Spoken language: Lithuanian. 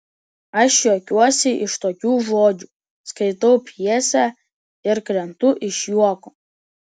aš juokiuosi iš tokių žodžių skaitau pjesę ir krentu iš juoko